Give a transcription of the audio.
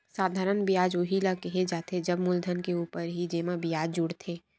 साधारन बियाज उही ल केहे जाथे जब मूलधन के ऊपर ही जेमा बियाज जुड़थे